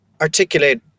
articulate